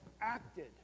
acted